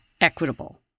equitable